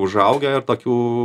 užaugę ir tokių